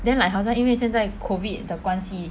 then like 好像因为现在 COVID 的关系